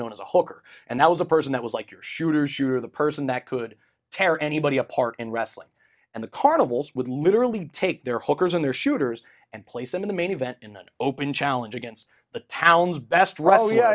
known as a hawker and that was a person that was like your shooters you are the person that could tear anybody apart in wrestling and the carnivals would literally take their hawkers and their shooters and play some of the main event in an open challenge against the town's best r